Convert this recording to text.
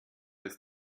ist